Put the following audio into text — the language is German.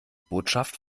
botschaft